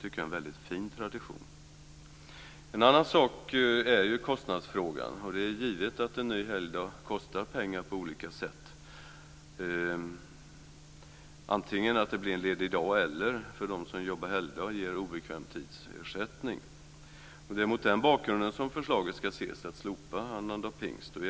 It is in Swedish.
Det är en fin tradition. En annan sak är kostnadsfrågan. Det är givet att en ny helgdag kostar pengar på olika sätt - antingen att det blir ledig dag eller att man för dem som jobbar helgdag ger ersättning för obekväm tid. Det är mot den bakgrunden som förslaget att slopa annandag pingst ska ses.